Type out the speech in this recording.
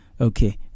Okay